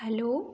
hello